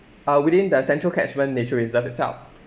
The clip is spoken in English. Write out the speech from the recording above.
ah within the central catchment nature reserve itself